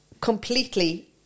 completely